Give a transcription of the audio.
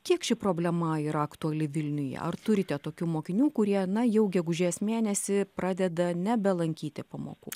kiek ši problema yra aktuali vilniuje ar turite tokių mokinių kurie na jau gegužės mėnesį pradeda nebelankyti pamokų